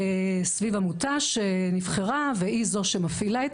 סביב עמותה שנבחרה והיא זו שמפעילה את